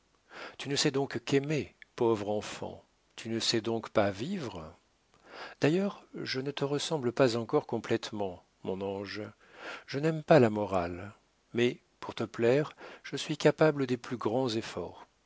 tu ne sais donc qu'aimer pauvre enfant tu ne sais donc pas vivre d'ailleurs je ne te ressemble pas encore complétement mon ange je n'aime pas la morale mais pour te plaire je suis capable des plus grands efforts